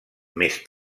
més